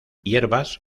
hierbas